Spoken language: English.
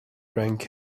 drank